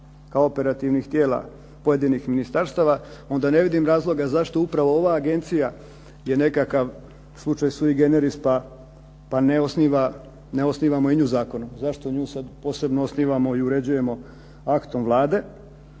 kao operativnih tijela pojedinih ministarstava, onda ne vidim razloga zašto upravo ova agencija je nekakav slučaj ... pa ne osnivamo i nju zakonom. Zašto nju sada posebno osnivamo i uređujemo aktom Vlade?